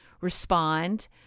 respond